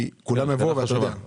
כי כולם יבואו --- שאלה טובה,